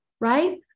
right